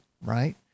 right